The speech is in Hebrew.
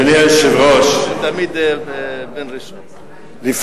אדוני היושב-ראש, לפעמים